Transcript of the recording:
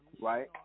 right